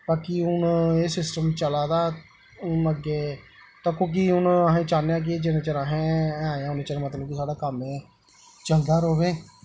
बाकी हून एह् सिस्टम चला दा हून अग्गें तक्को कि हून असें चाह्न्ने आं कि जिन्ने चिर असें हैन इच्चर मतलब कि साढ़ा कम्म एह् चंगा रवै